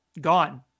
gone